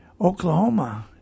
Oklahoma